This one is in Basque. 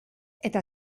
eta